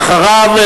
ואחריו,